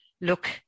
look